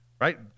right